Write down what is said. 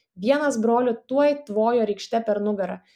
vienas brolių tuoj tvojo rykšte per nugarą